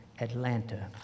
Atlanta